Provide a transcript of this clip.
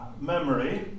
memory